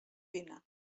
dinar